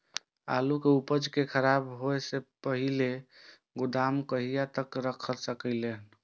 आलु के उपज के खराब होय से पहिले गोदाम में कहिया तक रख सकलिये हन?